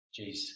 Jeez